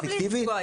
לא לפגוע,